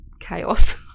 chaos